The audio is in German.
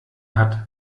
hat